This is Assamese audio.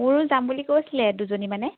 মোৰো যাম বুলি কৈছিলে দুজনীমানে